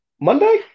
Monday